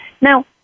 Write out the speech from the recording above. Now